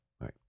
right